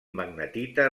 magnetita